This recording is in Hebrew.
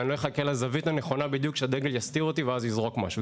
אני לא אחכה לזווית הנכונה בדיוק שהדגל יסתיר אותי ואז אזרוק משהו.